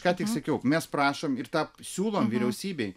ką tik sakiau mes prašom ir tą siūlom vyriausybei